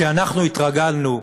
אנחנו התרגלנו,